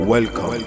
Welcome